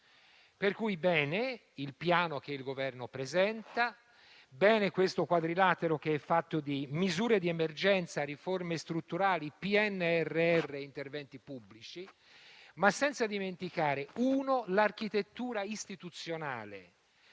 è positivo il Piano che il Governo presenta, così come questo quadrilatero che è fatto di misure di emergenza, riforme strutturali, PNRR e interventi pubblici, ma senza dimenticare l'architettura istituzionale,